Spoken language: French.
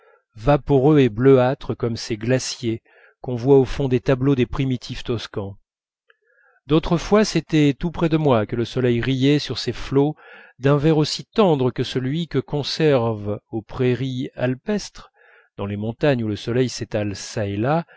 vaporeux et bleuâtre comme ces glaciers qu'on voit au fond des tableaux des primitifs toscans d'autres fois c'était tout près de moi que le soleil riait sur ces flots d'un vert aussi tendre que celui que conserve aux prairies alpestres